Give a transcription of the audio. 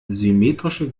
symmetrische